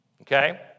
okay